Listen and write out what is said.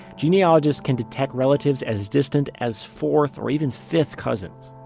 genealogists can detect relatives as distant as fourth, or even fifth cousins